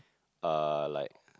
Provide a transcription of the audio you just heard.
uh like